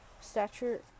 stature